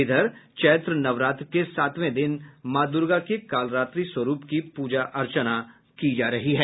इधर चैत्र नवरात्र के सातवें दिन माँ दुर्गा के कालरात्रि स्वरूप की पूजा अर्चना की जा रही है